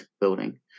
building